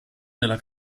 della